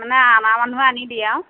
মানে অনা মানুহে আনি দিয়ে আৰু